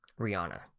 Rihanna